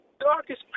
darkest